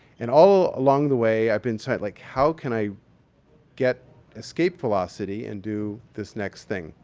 and all along the way, i'd been so like, how can i get escape velocity and do this next thing?